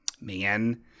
man